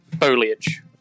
foliage